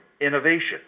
innovation